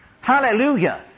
Hallelujah